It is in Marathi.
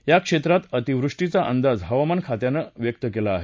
या क्षेत्रात अतिवृष्टीचा अंदाज हवामान खात्यानं व्यक्त केला आहे